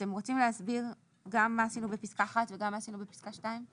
אתם רוצים להסביר מה עשינו בפסקה (1) ובפסקה (2)?